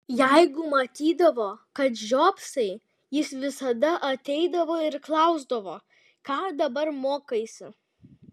jeigu matydavo kad žiopsai jis visada ateidavo ir klausdavo ką dabar mokaisi